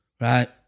right